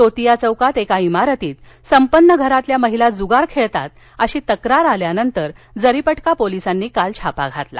तोतीया चौकात एका इमारतीत संपन्न घरातल्या महिला जुगार खेळतात अशी तक्रार आल्यानंतर जरिपटका पोलीसांनी काल छापा घातला